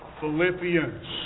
Philippians